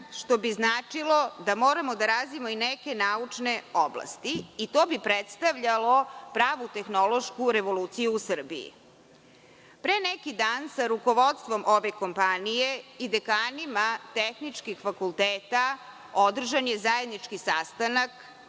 što bi značilo da moramo da razvijemo i neke naučne oblasti i to bi predstavljalo pravu tehnološku revoluciju u Srbiji. Pre neki dan sa rukovodstvom ove kompanije i dekanima tehničkih fakulteta, održan je zajednički sastanak